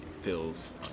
feels